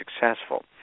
successful